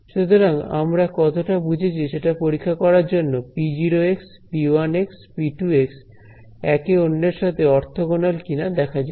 সুতরাং আমরা কতটা বুঝেছি সেটা পরীক্ষা করার জন্য p0 p1 p2 একে অন্যের সাথে অর্থগণাল কিনা দেখা যাক